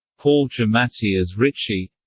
paul giamatti as ritchie